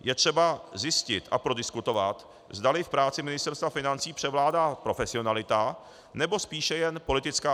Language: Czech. Je třeba zjistit a prodiskutovat, zdali v práci Ministerstva financí převládá profesionalita, nebo spíše jen politická agitace.